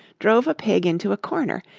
drove a pig into a corner,